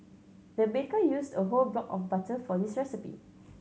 the baker used a whole block of butter for this recipe